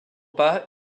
pas